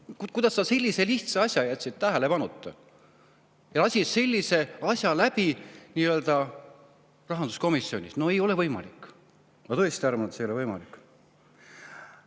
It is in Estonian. kuidas sa sellise lihtsa asja jätsid tähelepanuta? Lasid sellise asja läbi rahanduskomisjonist. No ei ole võimalik. Ma tõesti arvan, et see ei ole võimalik. Aga